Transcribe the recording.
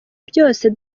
byose